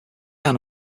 ann